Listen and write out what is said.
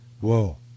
Whoa